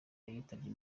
yitabye